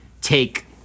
take